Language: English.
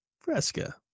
Fresca